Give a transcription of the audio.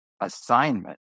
assignment